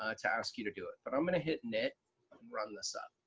ah to ask you to do it, but i'm going to hit knit and run this up.